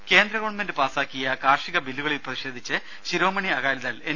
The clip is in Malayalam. രമേ കേന്ദ്ര ഗവൺമെന്റ് പാസ്സാക്കിയ കാർഷിക ബില്ലുകളിൽ പ്രതിഷേധിച്ച് ശിരോമണി അകാലിദൾ എൻ